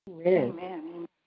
Amen